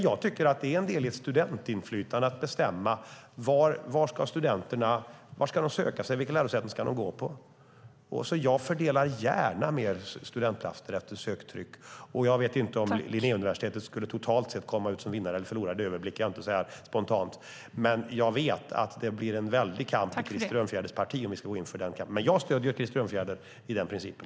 Jag tycker att det är en del i ett studentinflytande att studenterna själva bestämmer till vilka lärosäten de ska söka sig. Jag fördelar gärna mer studentplatser efter söktryck. Jag vet inte om Linnéuniversitetet totalt sett skulle komma ut som vinnare eller förlorare. Det överblickar jag inte så här spontant. Jag vet dock att det blir en väldig kamp i Krister Örnfjäders parti om vi ska gå in för detta. Men jag stöder Krister Örnfjäder i den principen.